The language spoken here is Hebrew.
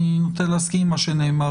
אני נוטה להסכים עם מה שנאמר,